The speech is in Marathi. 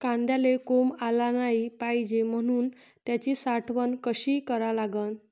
कांद्याले कोंब आलं नाई पायजे म्हनून त्याची साठवन कशी करा लागन?